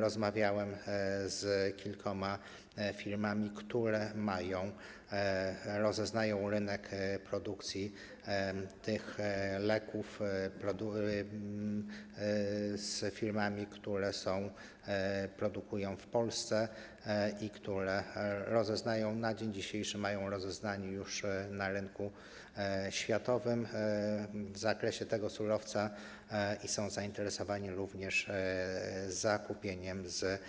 Rozmawiałem z kilkoma firmami, które mają rozeznanie na rynku produkcji tych leków, z firmami, które produkują w Polsce i które na dzień dzisiejszy mają rozeznanie już na rynku światowym w zakresie tego surowca i są zainteresowane również zakupieniem z